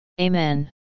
Amen